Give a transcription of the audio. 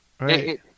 right